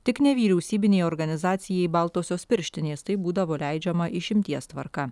tik nevyriausybinei organizacijai baltosios pirštinės tai būdavo leidžiama išimties tvarka